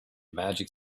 magic